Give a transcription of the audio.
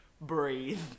breathe